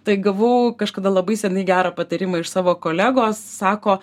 tai gavau kažkada labai senai gerą patarimą iš savo kolegos sako